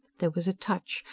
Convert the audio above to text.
there was a touch,